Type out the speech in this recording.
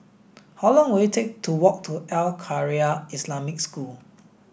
how long will it take to walk to Al Khairiah Islamic School